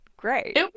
Great